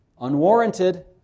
Unwarranted